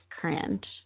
cringe